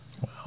Wow